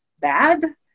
bad